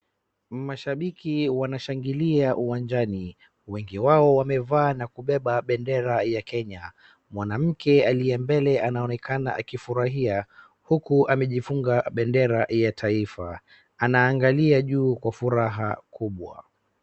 Mashabiki wanashangilia uwanjani, wengi wao wamevaa na kubeba bendera ya Kenya. Mwanamke aliyembele anaonekana akifurahia huku amejifunga bendera ya taifa, ana angali juu kwa furaha kubwa.